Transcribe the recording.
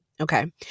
okay